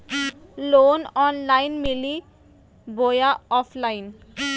Loan online मिली बोया offline?